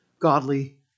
Godly